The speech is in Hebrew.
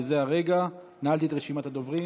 בזה הרגע נעלתי את רשימת הדוברים.